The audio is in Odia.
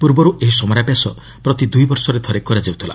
ପୂର୍ବରୁ ଏହି ସମରାଭ୍ୟାସ ପ୍ରତି ଦୁଇ ବର୍ଷରେ ଥରେ କରାଯାଉଥିଲା